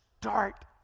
start